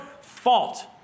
fault